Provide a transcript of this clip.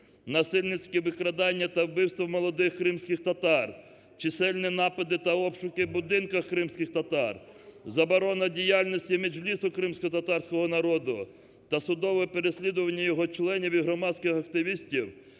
Насильницькі викрадання та вбивство молодих кримських татар, чисельні напади та обшуки в будинках кримських татар, заборона діяльності Меджлісу кримськотатарського народу та судове переслідування його членів і громадських активістів,